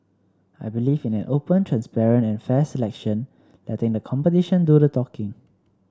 I believe in an open transparent and fair selection letting the competition do the talking